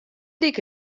dyk